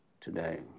today